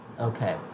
Okay